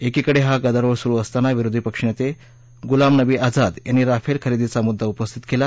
एकीकडे हा गदारोळ सुरु असताना विरोधी पक्षनेते गुलामनबी आझाद यांनी राफेल खरेदीचा मुद्दा उपस्थित केला